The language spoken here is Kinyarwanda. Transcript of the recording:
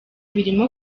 birimo